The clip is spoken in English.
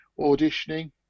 auditioning